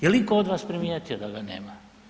Je li itko od vas primijetio da ga nema?